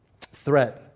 threat